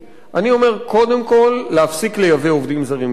אני אומר: קודם כול להפסיק לייבא עובדים זרים לישראל,